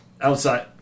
outside